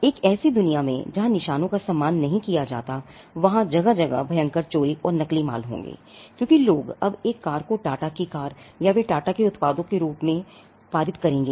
एक ऐसी दुनिया में जहाँ निशानों का सम्मान नहीं किया जाता है वहां जगह जगह भयंकर चोरी और नकली माल होंगे क्योंकि लोग अब एक कार को टाटा की कार या वे टाटा के उत्पादों के रूप में उत्पादों को पारित करेंगे